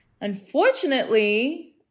unfortunately